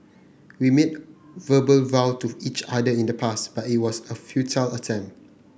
we made verbal vow to each other in the past but it was a futile attempt